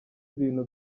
ibintu